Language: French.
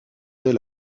elle